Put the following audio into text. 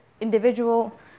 individual